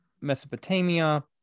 Mesopotamia